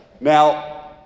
now